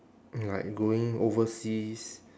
like going overseas